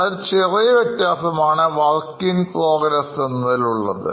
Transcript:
വളരെ ചെറിയവ്യത്യാസ മാണ് work in progress എന്നതിൽ ഉള്ളത്